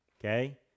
Okay